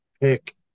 pick